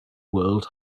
world